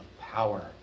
power